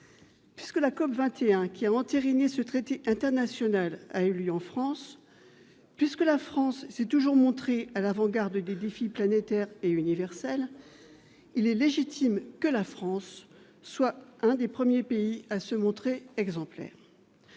Puisque la COP21, qui a entériné ce traité international, a eu lieu en France, puisque notre pays a toujours été à l'avant-garde des défis planétaires et universels, il est légitime qu'il soit l'un des premiers à se montrer exemplaire.